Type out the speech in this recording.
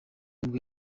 nibwo